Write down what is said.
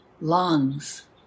lungs